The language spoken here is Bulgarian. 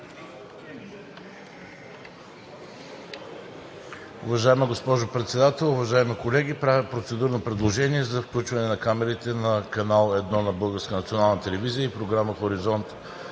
Уважаема госпожо Председател, уважаеми колеги! Правя процедурно предложение за включване на камерите на Канал 1 на Българската национална